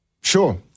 Sure